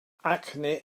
acne